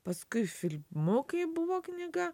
paskui filmukai buvo knyga